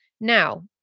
Now